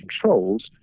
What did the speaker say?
controls